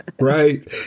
Right